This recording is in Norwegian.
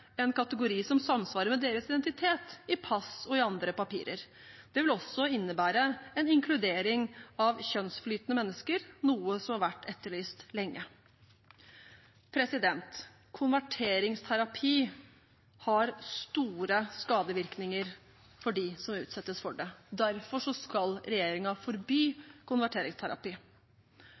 en kategori som samsvarer med deres identitet, i pass og i andre papirer. Det vil også innebære en inkludering av kjønnsflytende mennesker, noe som har vært etterlyst lenge. Konverteringsterapi har store skadevirkninger for dem som utsettes for det. Derfor skal regjeringen forby konverteringsterapi.